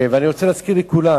ואני רוצה להזכיר לכולם,